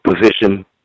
position